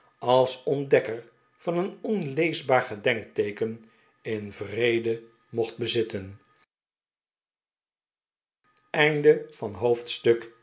als ontdekker van een onleesbaar gedenkteeken in vrede vermocht te bezitten